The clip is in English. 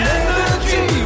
energy